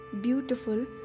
beautiful